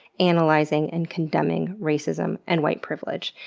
analyzing, and condemning racism and white privilege.